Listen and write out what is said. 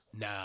Nah